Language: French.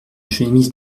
chemise